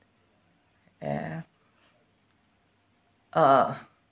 ya uh